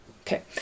okay